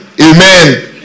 Amen